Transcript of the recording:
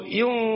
yung